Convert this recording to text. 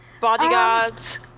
bodyguards